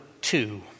two